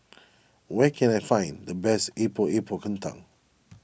where can I find the best Epok Epok Kentang